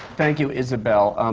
thank you, isabelle.